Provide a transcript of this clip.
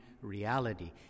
reality